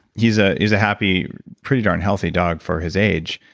he's ah he's a happy, pretty darn healthy dog for his age.